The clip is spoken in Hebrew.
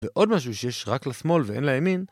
ועוד משהו שיש רק לשמאל ואין לימין